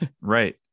right